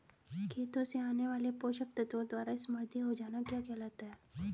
खेतों से आने वाले पोषक तत्वों द्वारा समृद्धि हो जाना क्या कहलाता है?